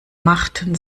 machten